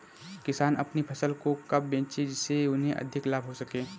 किसान अपनी फसल को कब बेचे जिसे उन्हें अधिक लाभ हो सके?